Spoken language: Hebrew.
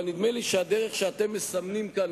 אבל נדמה לי שהדרך שאתם מסמנים כאן,